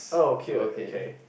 oh cute okay